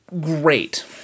great